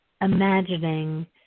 imagining